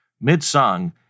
Mid-song